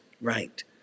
right